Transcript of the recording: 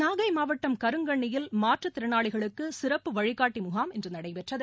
நாகை மாவட்டம் கருங்கண்ணியில் மாற்றுத்திறனாளிகளுக்கு சிறப்பு வழிகாட்டி முகாம் இன்று நடைபெற்றது